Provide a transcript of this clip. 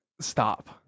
Stop